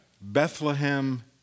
Bethlehem